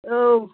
औ